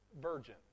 virgin